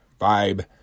vibe